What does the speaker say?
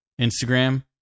instagram